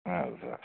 اَدٕ سا اَدٕ سا